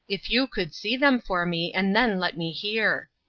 if you could see them for me and then let me hear.